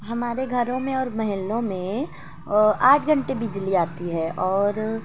ہمارے گھروں میں اور محلوں میں آٹھ گھنٹے بجلی آتی ہے اور